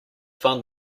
fun